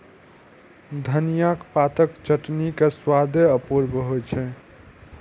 धनियाक पातक चटनी के स्वादे अपूर्व होइ छै